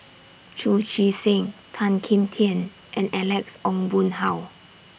Chu Chee Seng Tan Kim Tian and Alex Ong Boon Hau